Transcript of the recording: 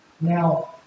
Now